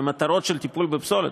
למטרות של טיפול בפסולת,